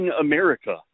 America